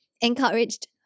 encouraged